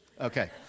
Okay